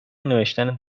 نوشتن